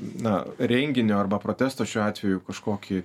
na renginio arba protesto šiuo atveju kažkokį